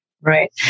Right